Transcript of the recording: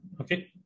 Okay